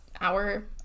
hour